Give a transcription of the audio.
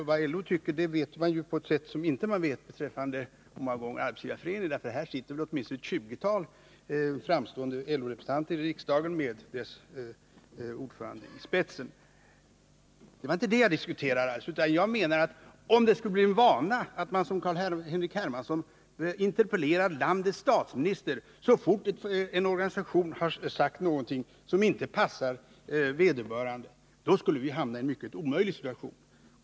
Vad LO tycker framstår många gånger klarare än vad Arbetsgivareföreningen anser, eftersom det här i riksdagen sitter åtminstone ett 20-tal framstående representanter för LO med dess ordförande i spetsen. Det var emellertid inte det som jag diskuterade, utan jag menar att om vi — som herr Hermansson gör — skulle ha för vana att interpellera statsministern så fort en organisation har sagt någonting som inte passar oss, skulle vi hamna i en helt omöjlig situation.